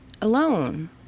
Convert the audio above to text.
alone